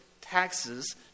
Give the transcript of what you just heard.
taxes